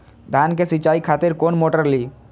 धान के सीचाई खातिर कोन मोटर ली?